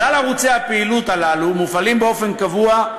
כלל ערוצי הפעילות הללו מופעלים באופן קבוע,